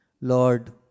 Lord